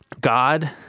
God